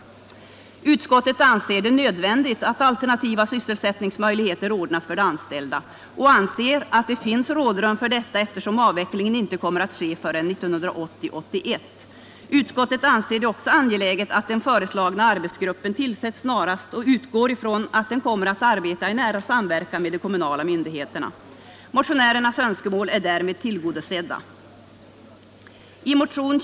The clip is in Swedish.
Utskottet anser det nödvändigt att alternativa sysselsättningsmöjligheter ordnas för de anställda och anser att det finns rådrum för detta eftersom avvecklingen inte kommer att ske förrän 1980/81. Utskottet anser det också angeläget att den föreslagna arbetsgruppen tillsätts snarast och utgår från att den kommer att arbeta i nära samverkan med de kommunala myndigheterna. Motionärernas önskemål är därmed tillgodosedda.